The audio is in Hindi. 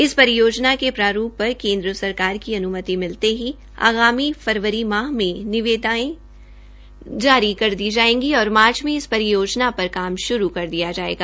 इस परियोजना के प्रारूप पर केन्द्र सरकार की अनुमति मिलते ही आगामी फरवरी माह में निविदाए जारी कर दी जायेंगी और मार्च में इस परियोजना पर काम शुरू कर दिया जायेगा